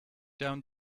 down